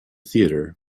theater